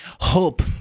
Hope